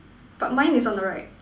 but mine is on the right